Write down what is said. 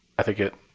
i think it